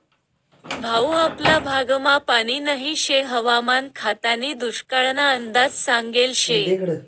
भाऊ आपला भागमा पानी नही शे हवामान खातानी दुष्काळना अंदाज सांगेल शे